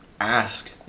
ask